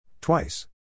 Twice